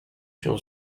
się